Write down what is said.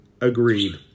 agreed